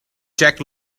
jack